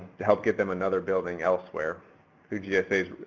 to help get them another building elsewhere through gsa's,